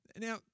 Now